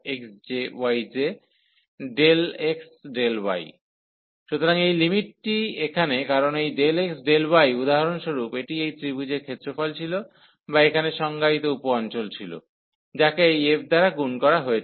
n→∞j1nfxjyjΔxy সুতরাং এই লিমিটটি এখানে কারণ এই Δx Δy উদাহরণস্বরূপ এটি এই ত্রিভুজের ক্ষেত্রফল ছিল বা এখানে সংজ্ঞায়িত উপ অঞ্চল ছিল যাকে এই f দ্বারা গুণ করা হয়েছে